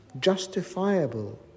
justifiable